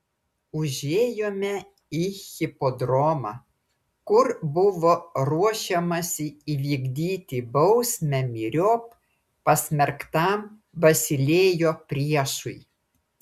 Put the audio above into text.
užėjome į hipodromą kur buvo ruošiamasi įvykdyti bausmę myriop pasmerktam basilėjo priešui